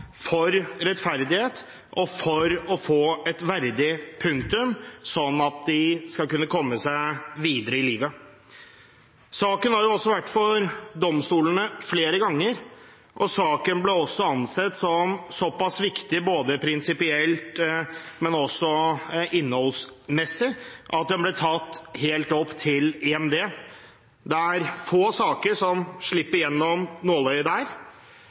for rettferdighet og for å få satt et verdig punktum, slik at dykkerne skal kunne komme seg videre i livet. Saken har vært for domstolene flere ganger. Den ble ansett som såpass viktig, både prinsipielt og innholdsmessig, at den ble tatt helt opp til EMD, der få saker slipper igjennom nåløyet.